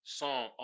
song